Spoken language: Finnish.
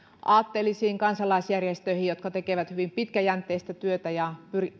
aatteellisiin kansalaisjärjestöihin jotka tekevät hyvin pitkäjänteistä työtä ja